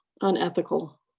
unethical